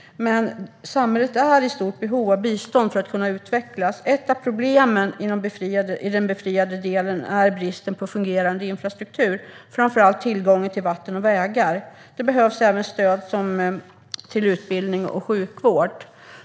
Men samhället är i stort behov av bistånd för att kunna utvecklas. Ett av problemen i den befriade delen är bristen på fungerande infrastruktur, framför allt tillgången till vatten och vägar. Det behövs även stöd till utbildning och sjukvård.